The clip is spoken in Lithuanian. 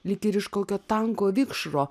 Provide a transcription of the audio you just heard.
lyg ir iš kokio tanko vikšro